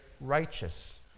righteous